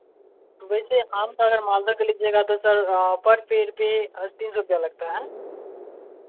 वैसे आम का मालदा कर लीजिएगा तो सर पर पेड़ पर तीन सौ रुपये लगता है